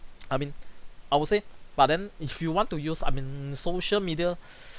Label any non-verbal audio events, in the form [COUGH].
I mean I would say but then if you want to use I mean social media [BREATH]